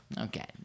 Okay